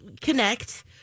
connect